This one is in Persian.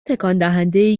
تکاندهندهای